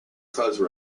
cause